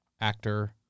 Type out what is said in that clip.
actor